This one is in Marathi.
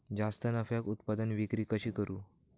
जास्त नफ्याक उत्पादन विक्री कशी करू?